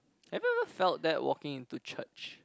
have you ever felt that walking into church